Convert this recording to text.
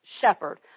shepherd